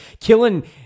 killing